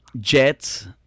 jets